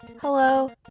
hello